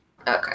Okay